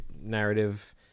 narrative